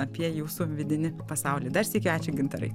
apie jūsų vidinį pasaulį dar sykį ačiū gintarai